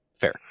fair